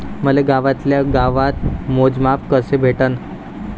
मले गावातल्या गावात मोजमाप कस भेटन?